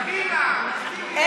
קדימה, תגידי.